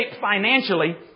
financially